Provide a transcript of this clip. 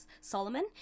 Solomon